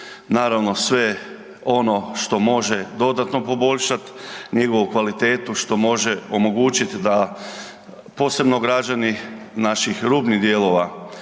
naravno sve ono što može dodatno poboljšat njegovu kvalitetu, što može omogućiti da posebno građani naših rubnih dijelova